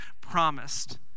promised